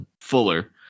Fuller